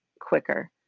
quicker